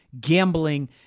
gambling